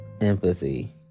empathy